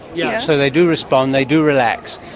yeah so they do respond, they do relax.